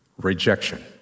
Rejection